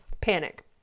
Panic